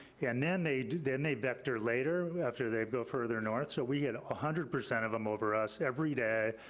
yeah and then they then they vector later after they go further north, so we get one ah hundred percent of them over us every day,